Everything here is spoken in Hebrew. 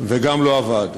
וגם לא עבד.